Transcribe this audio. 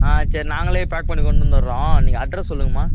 ஆ சரி நாங்களே பேக் பண்ணி கொண்டு வந்துடுறோம் நீங்கள் அட்ரெஸ் சொல்லுங்கம்மா